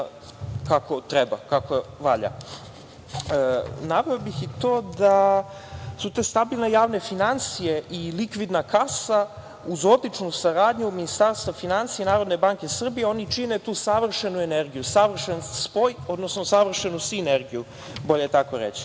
kako treba, kako valja. Naveo bih i to da su te stabilne javni finansije i likvidna kasa, uz odličnu saradnju Ministarstva finansija i Narodne banke Srbije, oni čine tu savršenu energiju, savršen spoj, odnosno savršenu sinergiju, bolje tako